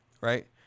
right